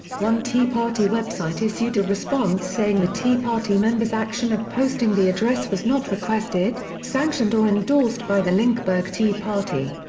one tea party website issued a response saying the tea party member's action of posting the address was not requested, sanctioned or endorsed by the lynchburg tea party.